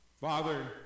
Father